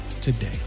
today